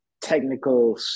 technical